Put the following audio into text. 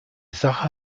sache